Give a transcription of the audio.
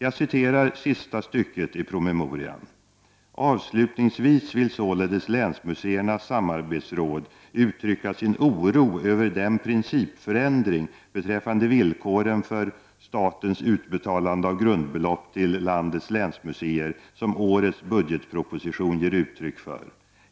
Jag citerar sista stycket i promemorian: ”Avslutningsvis vill således länsmuseernas samarbetsråd uttrycka sin oro för den principförändring beträffande villkoren för statens utbetalande av grundbelopp till landets länsmuseer som årets budgetproposition ger uttryck för.